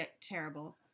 terrible